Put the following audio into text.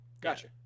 gotcha